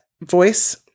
voice